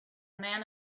man